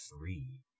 three